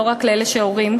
לא רק לאלה שהם הורים,